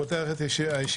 פותח את הישיבה.